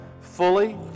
fully